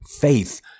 faith